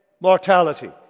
mortality